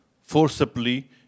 forcibly